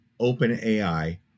OpenAI